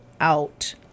out